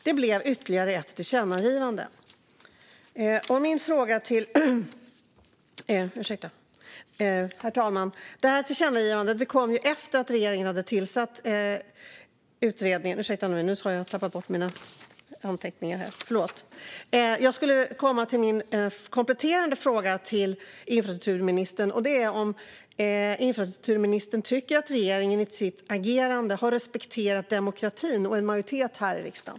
Det blev ytterligare ett tillkännagivande. Min kompletterande fråga till infrastrukturministern är: Tycker infrastrukturministern att regeringen i sitt agerande har respekterat demokratin och majoriteten här i riksdagen?